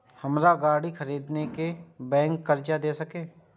हमरा गाड़ी खरदे के लेल बैंक कर्जा देय सके छे?